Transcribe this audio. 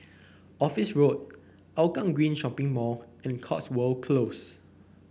Office Road Hougang Green Shopping Mall and Cotswold Close